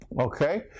Okay